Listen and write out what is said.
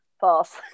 False